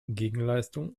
gegenleistung